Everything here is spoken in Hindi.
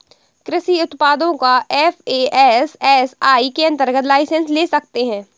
कृषि उत्पादों का एफ.ए.एस.एस.आई के अंतर्गत लाइसेंस ले सकते हैं